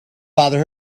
bother